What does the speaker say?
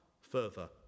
further